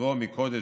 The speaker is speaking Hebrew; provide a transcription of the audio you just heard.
עזרו מקודש.